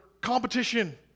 Competition